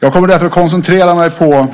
Jag kommer att koncentrera på